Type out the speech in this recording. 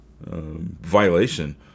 violation